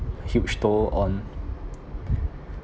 huge toll on